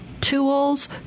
tools